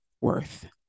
worth